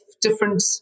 different